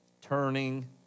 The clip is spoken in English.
turning